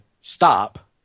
stop